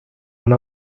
one